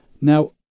Now